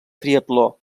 triatló